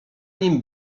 nim